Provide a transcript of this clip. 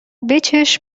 بچش